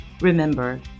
remember